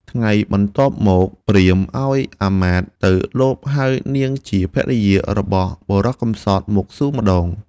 ថ្ងៃបន្ទាប់មក ព្រាហ្មណ៍ឲ្យអាមាត្យទៅលបហៅនាងជាភរិយារបស់បុរសកម្សត់មកសួរម្តង។